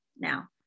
now